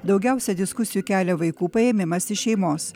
daugiausia diskusijų kelia vaikų paėmimas iš šeimos